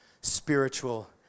spiritual